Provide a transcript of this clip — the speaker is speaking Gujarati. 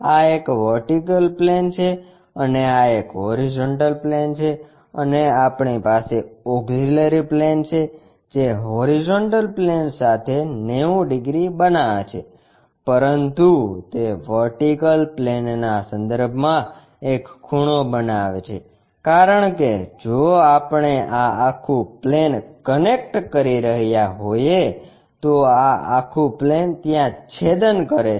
આ એક વર્ટિકલ પ્લેન છે અને આ એક હોરીઝોન્ટલ પ્લેન છે અને આપણી પાસે ઓક્ષીલરી પ્લેન છે જે હોરીઝોન્ટલ પ્લેન સાથે 90 ડિગ્રી બનાવે છે પરંતુ તે વર્ટિકલ પ્લેનના સંદર્ભમાં એક ખૂણો બનાવે છે કારણ કે જો આપણે આં આખું પ્લેન કનેક્ટ કરી રહ્યા હોઈએ તો આ આખું પ્લેન ત્યાં છેદન કરે છે